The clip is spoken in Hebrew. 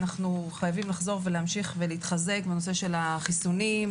אנחנו חייבים לחזור להמשיך ולהתחזק בנושא של החיסונים,